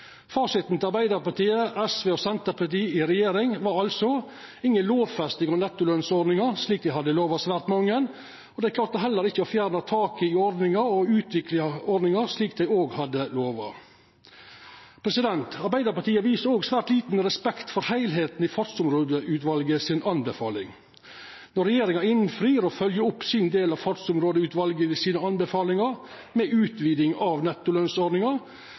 Fasiten til Arbeidarpartiet, SV og Senterpartiet i regjering var altså: inga lovfesting av nettolønsordninga, slik dei hadde lova svært mange. Dei klarte heller ikkje å fjerna taket i ordninga og utvikla ordninga, slik dei òg hadde lova. Arbeidarpartiet viser òg svært liten respekt for heilskapen i Fartsområdeutvalet si anbefaling. Når regjeringa innfrir og følgjer opp sin del av Fartsområdeutvalet sine anbefalingar, med utviding av